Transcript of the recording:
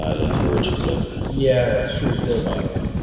ah didn't hear what she said yeah, she was robotic